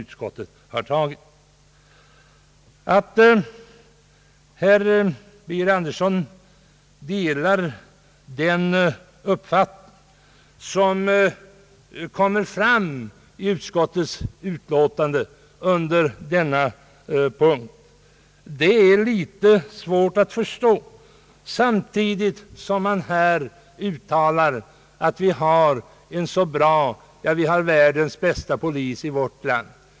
Det är litet svårt att förstå att herr Birger Andersson delar den uppfattning som kommer till uttryck i utskottets utlåtande under denna punkt, samtidigt som han uttalar att vi har en så bra, ja världens bästa polis i vårt land.